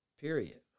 period